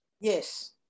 Yes